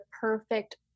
perfect